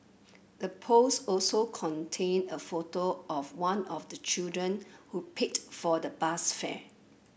the post also contained a photo of one of the children who paid for the bus fare